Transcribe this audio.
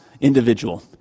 individual